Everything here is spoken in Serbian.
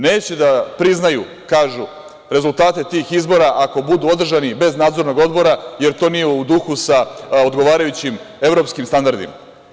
Neće da priznaju, kažu, rezultate tih izbora ako budu održani bez Nadzornog odbora, jer to nije u duhu sa odgovarajućim evropskim standardima.